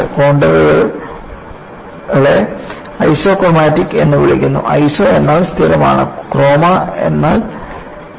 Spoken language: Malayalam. ഈ കോൺണ്ടറുകളെ ഐസോക്രോമാറ്റിക്സ് എന്ന് വിളിക്കുന്നു ഐസോ എന്നാൽ സ്ഥിരമാണ് ക്രോമ എന്നാൽ നിറം എന്നാണ്